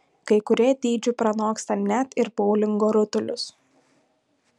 kai kurie dydžiu pranoksta net ir boulingo rutulius